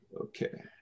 okay